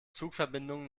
zugverbindungen